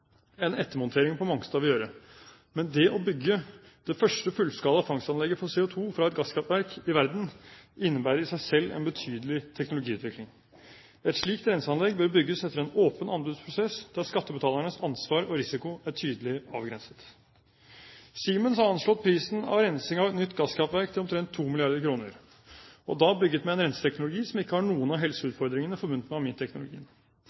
enn ettermontering på Mongstad vil gjøre, men det å bygge det første fullskala fangstanlegget for CO2 fra et gasskraftverk i verden innebærer i seg selv en betydelig teknologiutvikling. Et slikt renseanlegg bør bygges etter en åpen anbudsprosess, der skattebetalernes ansvar og risiko er tydelig avgrenset. Siemens har anslått prisen på rensing av et nytt gasskraftverk til omtrent 2 mrd. kr – og da bygget med en renseteknologi som ikke har noen av helseutfordringene forbundet med